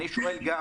אני שואל גם